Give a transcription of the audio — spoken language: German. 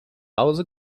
hause